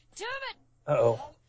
Uh-oh